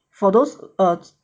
for those err